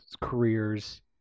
careers